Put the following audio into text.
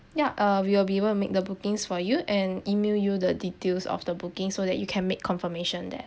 ya uh we will be able to make the bookings for you and email you the details of the booking so that you can make confirmation there